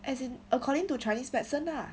as in according to chinese medicine lah